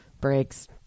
breaks